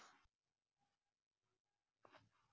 दोमट माटी मे केना फसल ठीक रहत?